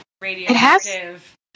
radioactive